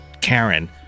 Karen